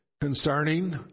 concerning